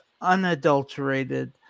unadulterated